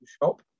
shop